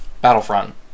Battlefront